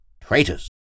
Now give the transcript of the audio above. Traitors